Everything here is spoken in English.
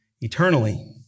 eternally